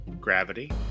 gravity